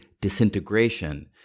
disintegration